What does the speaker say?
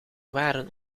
waren